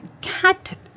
cat